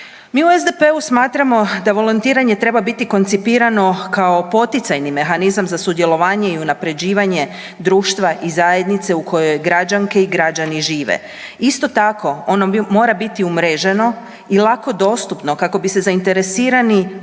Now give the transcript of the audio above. Mi u SDP-u smatramo da volontiranje treba biti koncipirano kao poticajni mehanizam za sudjelovanje i unaprjeđivanje društva i zajednice u kojoj građanke i građani žive. Isto tako, ono mora biti umreženo i lako dostupno kako bi se zainteresirani,